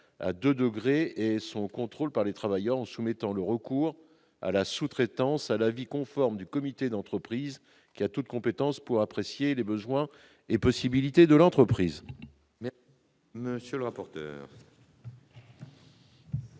à deux degrés et son contrôle par les travailleurs. Le recours à la sous-traitance serait soumis à l'avis conforme du comité d'entreprise, qui a toute compétence pour apprécier les besoins et possibilités de l'entreprise.